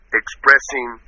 expressing